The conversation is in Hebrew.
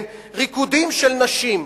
ריקודים של נשים,